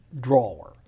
drawer